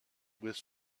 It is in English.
with